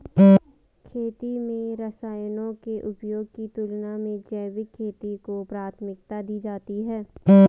खेती में रसायनों के उपयोग की तुलना में जैविक खेती को प्राथमिकता दी जाती है